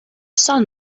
son